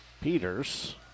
Peters